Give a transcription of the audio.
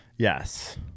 Yes